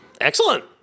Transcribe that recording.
Excellent